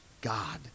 God